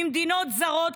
ממדינות זרות,